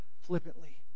flippantly